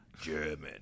German